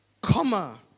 Comma